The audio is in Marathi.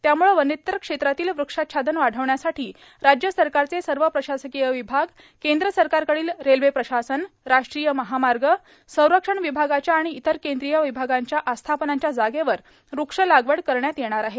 त्यामुळं वनेत्तर क्षेत्रातील वृक्षाच्छादन वाढवण्यासाठी राज्य सरकारचे सर्व प्रशासकीय विभाग केंद्र सरकारकडील रेल्वे प्रशासन राष्ट्रीय महामार्ग संरक्षण विभागाच्या आणि इतर केंद्रीय विभागांच्या आस्थापनांच्या जागेवर व्रक्ष लागवड करण्यात येणार आहे